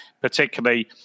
particularly